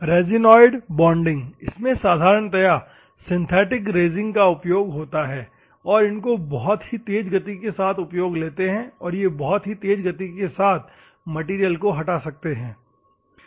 resinoid bonding इसमें साधारणतया synthetic resins का उपयोग होता है और इनको बहुत ही तेज गति के साथ उपयोग लेते हैं और यह बहुत ही तेज गति के साथ मैटेरियल हटा सकते हैं ठीक है